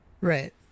Right